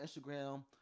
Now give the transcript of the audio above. Instagram